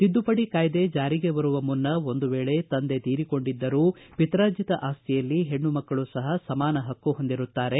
ತಿದ್ದುಪಡಿ ಕಾಯ್ದೆ ಜಾರಿಗೆ ಬರುವ ಮುನ್ನ ಒಂದು ವೇಳೆ ತಂದೆ ತೀರಿಕೊಂಡಿದ್ದರೂ ಪಿತ್ರಾರ್ಜಿತ ಆಸ್ತಿಯಲ್ಲಿ ಹೆಣ್ಣುಮಕ್ಕಳು ಸಹ ಸಮಾನ ಹಕ್ಕು ಹೊಂದಿರುತ್ತಾರೆ